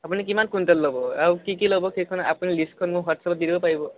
আপুনি কিমান কুইন্টল ল'ব আৰু কি কি ল'ব সেইখন আপুনি লিষ্টখন মোক হোৱাটচএপত দি দিব পাৰিব